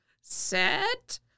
set